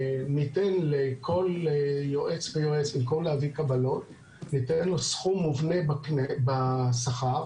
אנחנו ניתן לכל יועץ ויועץ סכום מובנה בשכר,